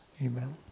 Amen